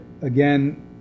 again